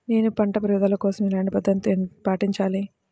నేను పంట పెరుగుదల కోసం ఎలాంటి పద్దతులను పాటించాలి?